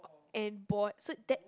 and bought so that